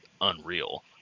unreal